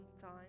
time